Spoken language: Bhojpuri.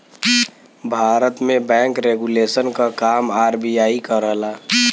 भारत में बैंक रेगुलेशन क काम आर.बी.आई करला